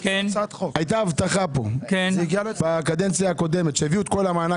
הייתה הבטחה פה בקדנציה הקודמת שהביאו את כל מענק